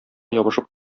ябышып